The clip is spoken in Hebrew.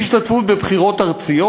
אי-השתתפות בבחירות ארציות.